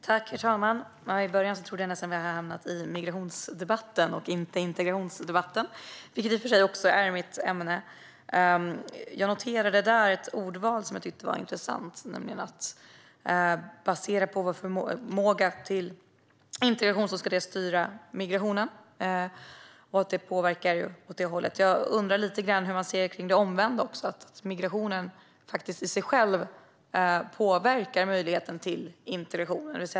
Herr talman! I början av anförandet trodde jag nästan att vi hade hamnat i migrationsdebatten och inte i integrationsdebatten, vilket i och för sig också är mitt ämne. Jag noterade ett ordval jag tyckte var intressant, nämligen att vår förmåga till integration ska styra migrationen och att det påverkar åt det hållet. Jag undrar lite grann hur man ser på det omvända, det vill säga att migrationen faktiskt i sig påverkar möjligheten till integration.